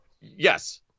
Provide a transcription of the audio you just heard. Yes